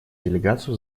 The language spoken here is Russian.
делегацию